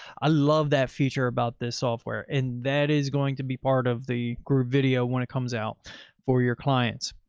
i love that feature about this software and that is going to be part of the groovevideo when it comes out for your clients.